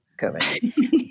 COVID